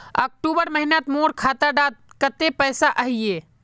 अक्टूबर महीनात मोर खाता डात कत्ते पैसा अहिये?